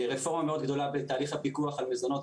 רפורמה מאוד גדולה בתהליך הפיקוח על מזונות,